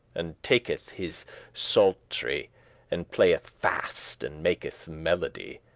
and taketh his psalt'ry and playeth fast, and maketh melody.